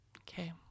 Okay